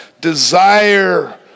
desire